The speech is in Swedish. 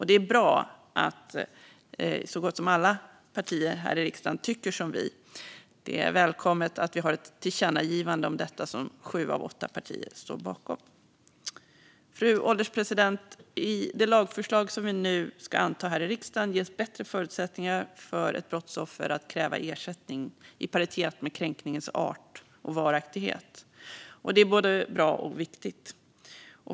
Det är bra att så gott som alla partier här i riksdagen tycker som vi, och det är välkommet att vi har ett tillkännagivande om detta som sju av åtta partier står bakom. Fru ålderspresident! I det lagförslag som vi nu ska anta här i riksdagen ges bättre förutsättningar för ett brottsoffer att kräva ersättning i paritet med kränkningens art och varaktighet. Det är både bra och viktigt.